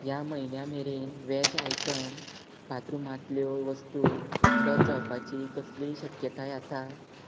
ह्या म्हयन्या मेरेन वॅज आयटम बाथरुमांतल्यो वस्तू उपलब्ध जावपाची कसलीय शक्यताय आसा